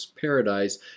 paradise